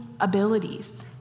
abilities